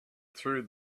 through